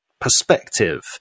perspective